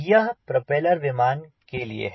यह प्रोपेलर विमानों के लिए है